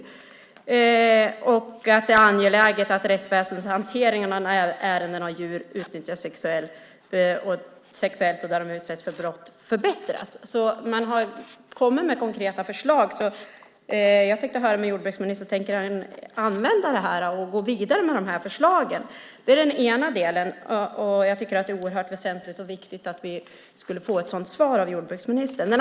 Man anser att det är angeläget att rättsväsendets hantering av ärenden där djur har utnyttjats sexuellt och utsatts för brott förbättras. Myndigheten har lagt fram konkreta förlag. Tänker jordbruksministern gå vidare med dessa förslag? Det är oerhört väsentligt och viktigt att få svar från jordbruksministern.